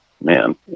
man